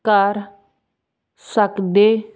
ਕਰ ਸਕਦੇ